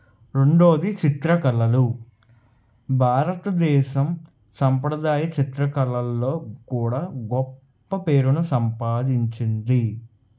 రెండోది చిత్రకళలు భారతదేశం సంప్రదాయ చిత్రకళల్లో కూడా గొప్ప పేరును సంపాదించింది